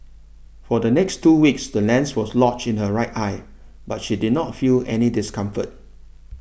for the next two weeks the lens was lodged in her right eye but she did not feel any discomfort